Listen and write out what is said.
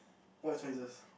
what choices